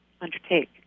undertake